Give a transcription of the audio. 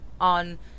on